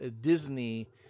Disney